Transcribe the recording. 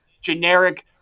generic